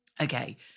Okay